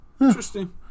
Interesting